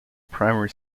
primary